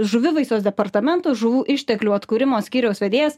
žuvivaisos departamento žuvų išteklių atkūrimo skyriaus vedėjas